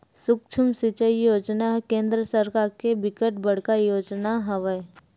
सुक्ष्म सिचई योजना ह केंद्र सरकार के बिकट बड़का योजना हवय